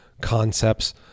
concepts